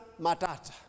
Matata